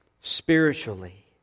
spiritually